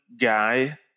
guy